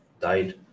died